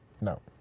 No